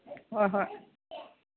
ꯍꯣꯏ ꯍꯣꯏ